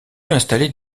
installer